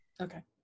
Okay